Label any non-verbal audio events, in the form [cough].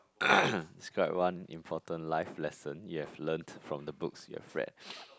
[coughs] describe one important life lesson you've learnt from the books you've read [noise]